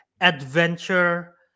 adventure